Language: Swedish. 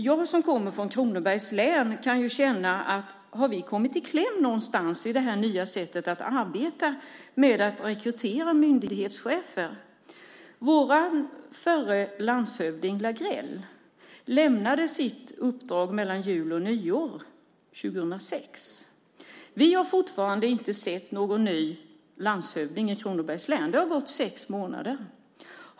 Jag som kommer från Kronobergs län kan känna: Har vi kommit i kläm någonstans i det nya sättet att arbeta med att rekrytera myndighetschefer? Vår förre landshövding Lagrell lämnade sitt uppdrag år 2006 mellan jul och nyår. Vi har fortfarande inte sett någon ny landshövding i Kronobergs län. Det har gått sex månader.